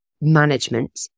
management